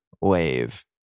wave